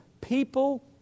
People